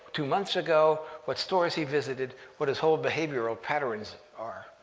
two months ago, what stores he visited, what his whole behavioral patterns are.